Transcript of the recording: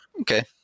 okay